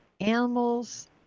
animals